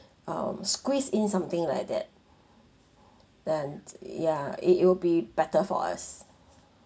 um squeeze in something like that and ya it it will be better for us